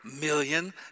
million